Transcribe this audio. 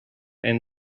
and